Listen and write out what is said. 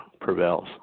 prevails